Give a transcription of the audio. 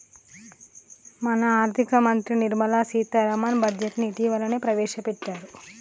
మన ఆర్థిక మంత్రి నిర్మల సీతారామన్ బడ్జెట్ను ఇటీవలనే ప్రవేశపెట్టారు